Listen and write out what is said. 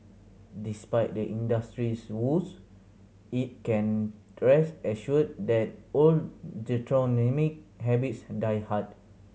despite the industry's woes it can rest assured that old habits die hard